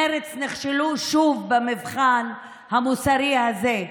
מרצ נכשלו שוב במבחן המוסרי הזה.